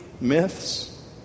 myths